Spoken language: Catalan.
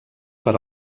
per